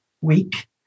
week